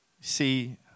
see